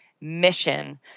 mission